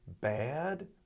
bad